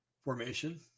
formation